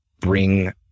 bring